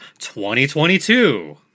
2022